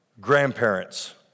grandparents